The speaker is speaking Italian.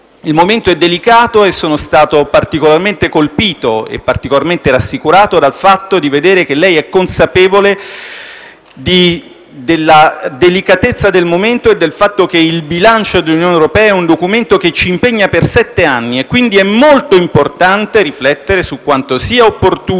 Il momento è delicato e sono stato particolarmente colpito e rassicurato dal fatto di vedere che lei è consapevole della delicatezza del momento e del fatto che il bilancio dell'Unione europea è un documento che ci impegna per sette anni e quindi è molto importante riflettere su quanto sia opportuno